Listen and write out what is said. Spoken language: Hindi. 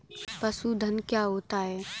पशुधन क्या होता है?